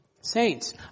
saints